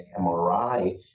MRI